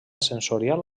sensorial